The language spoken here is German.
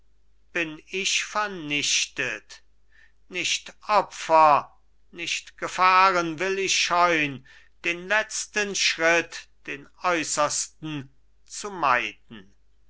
bin ich vernichtet nicht opfer nicht gefahren will ich scheun den letzten schritt den äußersten zu meiden